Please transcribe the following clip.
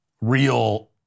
real